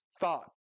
thought